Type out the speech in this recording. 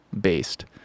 based